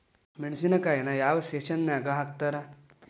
ಮೆಣಸಿನಕಾಯಿನ ಯಾವ ಸೇಸನ್ ನಾಗ್ ಹಾಕ್ತಾರ?